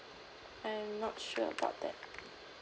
I'm not sure about that